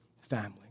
family